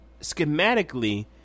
schematically